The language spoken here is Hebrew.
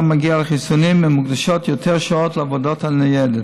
מגיעים לחיסונים ומקדישות יותר שעות לעבודת הניידת.